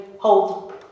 hold